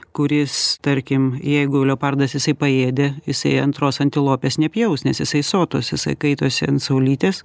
kuris tarkim jeigu leopardas jisai paėdė jisai antros antilopės nepjaus nes jisai sotus jisai kaitosi ant saulytės